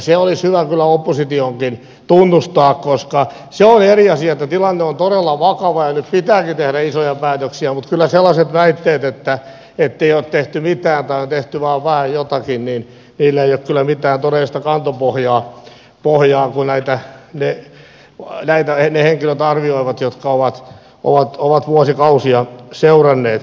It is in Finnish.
se olisi hyvä kyllä oppositionkin tunnustaa koska se on eri asia että tilanne on todella vakava ja nyt pitääkin tehdä isoja päätöksiä mutta sellaisilla väitteillä ettei ole tehty mitään tai on tehty vain vähän jotakin ei ole kyllä mitään todellista kantopohjaa kun näitä ne henkilöt arvioivat jotka ovat vuosikausia seuranneet